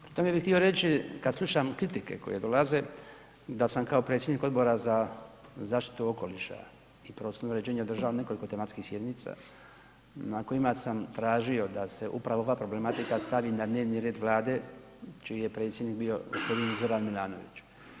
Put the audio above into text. Tome bi htio reći kada slušam kritike koje dolaze da sam kao predsjednik Odbora za zaštitu okoliša i prostornog uređenja održao nekoliko tematskih sjednica na kojima sam tražio upravo da se ova problematika stavi na dnevni red Vlade čiji je predsjednik bio gospodin Zoran Milanović.